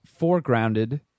foregrounded